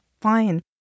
fine